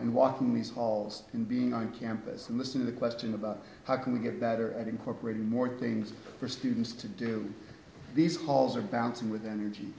and walking these halls and being on campus and listen to the question about how can we get better at incorporating more things for students to do these calls are bouncing with energy